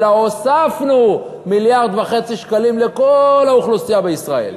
אלא הוספנו 1.5 מיליארד לכל האוכלוסייה בישראל.